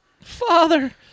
Father